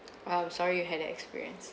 oh I'm sorry you had that experience